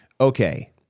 Okay